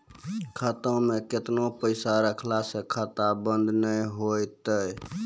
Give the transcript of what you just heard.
खाता मे केतना पैसा रखला से खाता बंद नैय होय तै?